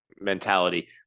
mentality